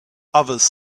others